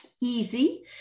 easy